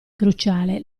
cruciale